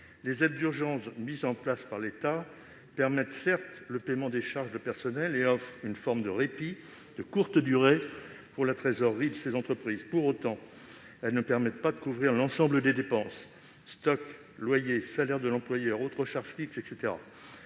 Les aides d'urgence mises en place par l'État permettent, certes, le paiement des charges de personnel et offrent une forme de répit de courte durée pour la trésorerie de ces entreprises, mais elles ne couvrent pas l'ensemble des dépenses : stocks, loyers, salaires de l'employeur, autres charges fixes, etc.